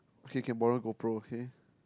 okay can borrow go pro okay